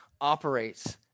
operates